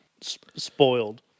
spoiled